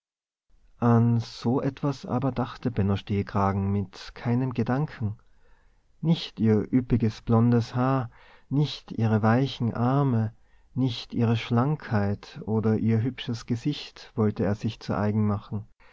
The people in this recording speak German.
an so etwas aber dachte benno stehkragen mit keinem gedanken nicht ihr üppiges blondes haar nicht ihre weichen arme nicht ihre schlankheit oder ihr hübsches gesicht wollte er sich zu eigen machen